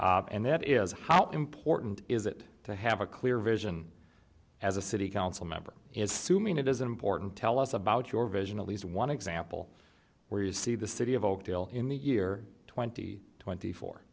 and that is how important is it to have a clear vision as a city council member is soo mean it is important tell us about your vision at least one example where you see the city of oakdale in the year twenty twenty